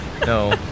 no